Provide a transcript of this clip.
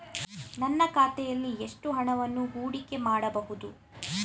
ನನ್ನ ಖಾತೆಯಲ್ಲಿ ಎಷ್ಟು ಹಣವನ್ನು ಹೂಡಿಕೆ ಮಾಡಬಹುದು?